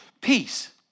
Peace